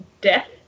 death